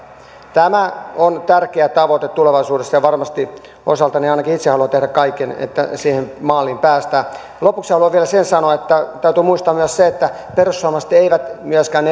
tämä on tärkeä tavoite tulevaisuudessa ja varmasti osaltani ainakin itse haluan tehdä kaikkeni että siihen maaliin päästään lopuksi haluan vielä sen sanoa että täytyy muistaa myös se että perussuomalaiset eivät eduskuntavaaliohjelmassaan myöskään